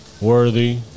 Worthy